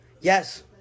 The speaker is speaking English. Yes